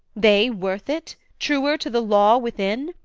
they worth it? truer to the law within?